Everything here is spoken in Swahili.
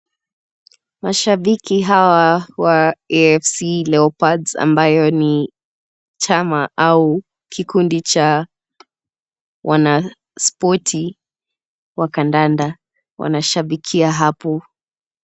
Mashabiki hawa wa AFC Leopards ambayo ni chama au kikundi cha wana spoti wa kandanda wanashabikia hapo.